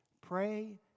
Pray